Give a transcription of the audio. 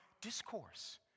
discourse